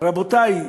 רבותי,